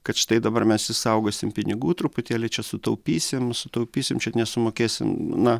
kad štai dabar mes išsaugosim pinigų truputėlį čia sutaupysim sutaupysim čia nesumokėsim na